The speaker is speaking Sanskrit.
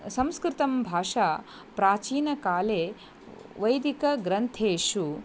संस्कृतं भाषा प्राचीनकाले वैदिकग्रन्थेषु